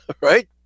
right